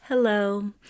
Hello